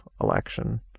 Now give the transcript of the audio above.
election